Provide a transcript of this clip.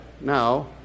now